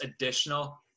additional